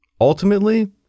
Ultimately